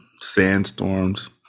sandstorms